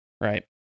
right